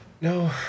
No